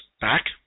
back